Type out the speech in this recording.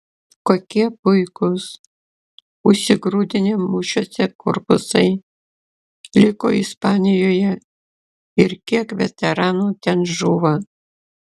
kokie puikūs užsigrūdinę mūšiuose korpusai liko ispanijoje ir kiek veteranų ten žūva